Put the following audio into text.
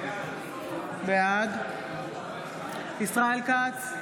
בעד ישראל כץ,